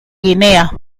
guinea